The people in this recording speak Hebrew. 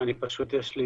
זה מקום שתשתיות חסרות,